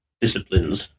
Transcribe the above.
disciplines